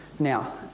Now